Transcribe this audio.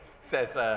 says